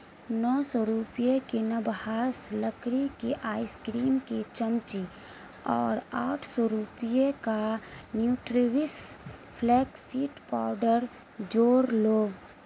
نو سو روپیے کی نبہاس لکڑی کی آئس کریم کی چمچی اور آٹھ سو روپیے کا نیوٹریوش فلیکس سیٹ پاؤڈر جوڑ لو